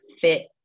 fit